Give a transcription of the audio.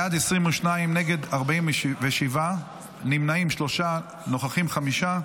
בעד, 22, נגד, 47, נמנעים, שלושה, נוכחים, חמישה.